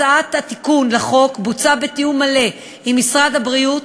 הצעת התיקון לחוק בוצעה בתיאום מלא עם משרד הבריאות